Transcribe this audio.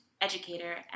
educator